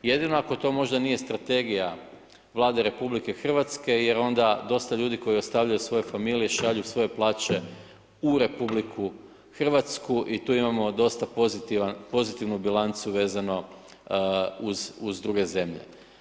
Jedino ako to možda nije strategija Vlade RH jer onda dosta ljudi koje ostavljaju svoje familije, šalju svoje plaće u RH i tu imamo dosta pozitivnu bilancu vezano uz druge zemlje.